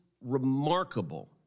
remarkable